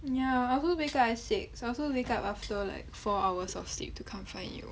ya I will wake up at six also wake up after like four hours of sleep to come for you